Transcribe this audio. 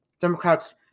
Democrats